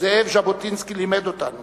זאב ז'בוטיסקי לימד אותנו